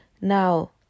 Now